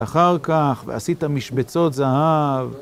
אחר כך, ועשית משבצות זהב.